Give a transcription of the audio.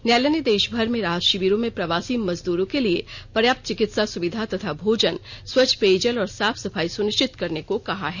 न्यायालय ने देशभर में राहत शिविरों में प्रवासी मजदूरों के लिए प्रर्याप्त चिकित्सा सुविधा तथा भोजन स्वच्छ पेय जल और साफ सफाई सुनिश्चित करने को कहा है